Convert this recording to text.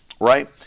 Right